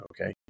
Okay